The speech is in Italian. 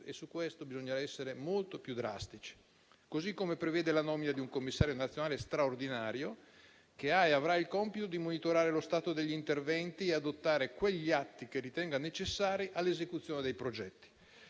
- su questo bisogna essere molto più drastici - così come prevede la nomina di un commissario nazionale straordinario, che ha e avrà il compito di monitorare lo stato degli interventi e adottare gli atti che ritenga necessari all'esecuzione dei progetti.